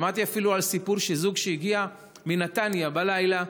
שמעתי אפילו על סיפור של זוג שהגיע מנתניה בלילה,